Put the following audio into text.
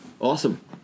awesome